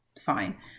fine